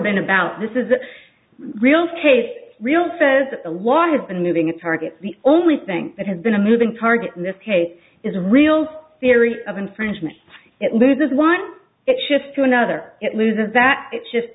been about this is a real case real says a lot has been moving a target the only thing that has been a moving target in this case is a real theory of infringement it loses want it shifts to another it loses that it's just